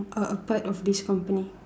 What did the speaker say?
are a part of this company